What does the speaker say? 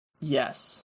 Yes